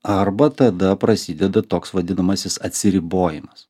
arba tada prasideda toks vadinamasis atsiribojimas